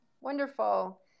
Wonderful